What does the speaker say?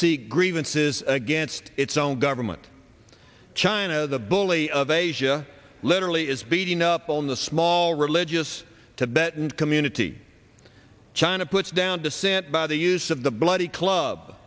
see grievances against its own government china the bully of asia literally is beating up on the small religious tibet and community china puts down dissent by the use of the bloody club